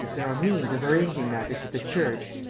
there are means of arranging matters with the church.